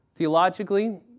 Theologically